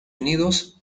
unidos